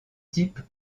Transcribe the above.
type